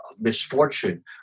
Misfortune